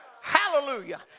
Hallelujah